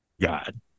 God